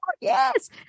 yes